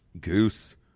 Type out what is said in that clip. Goose